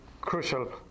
crucial